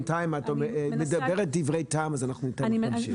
בינתיים את מדברת דברי טעם אז ניתן לך יד חופשית להמשיך.